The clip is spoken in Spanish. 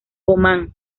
omán